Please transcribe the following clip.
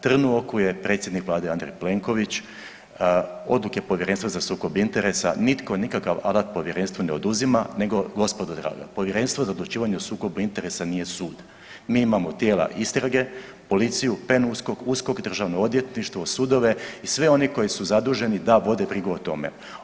Trn u oku je predsjednik vlade Andrej Plenković, odluke Povjerenstva za sukob interesa nitko nikakav alat povjerenstvu ne oduzima nego gospodo draga Povjerenstvo za odlučivanje o sukobu interesa nije sud, mi imamo tijela istrage, policiju, PNUSKOK, USKOK, državno odvjetništvo, sudove i sve oni koji su zaduženi da vode brigu o tome.